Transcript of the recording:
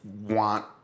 want